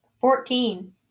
Fourteen